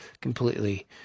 completely